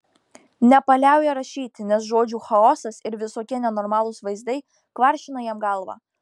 nepaliauja rašyti nes žodžių chaosas ir visokie nenormalūs vaizdai kvaršina jam galvą